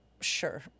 Sure